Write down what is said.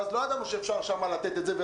ואז לא ידענו שאפשר לתת את זה שם,